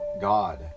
God